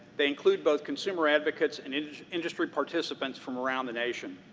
they include both consumer advocates and industry participants from around the nation.